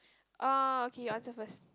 uh okay you answer first